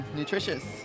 nutritious